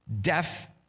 Deaf